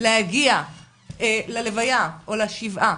להגיע ללוויה או לשבעה?